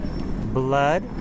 blood